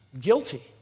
Guilty